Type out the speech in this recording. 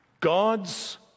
God's